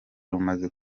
rumaze